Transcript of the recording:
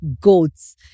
goats